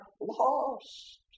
lost